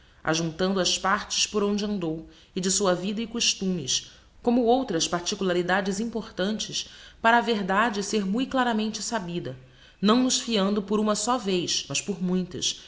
ajunctando as partes por onde andou e de sua vida e costumes como outras particularidades importantes para a verdade ser mui claramente sabida não nos fiando por uma só vez mas por muitas